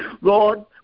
Lord